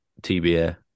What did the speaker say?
TBA